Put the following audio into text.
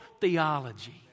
theology